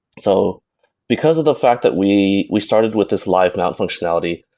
so because of the fact that we we started with this live mount functionality,